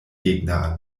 gegner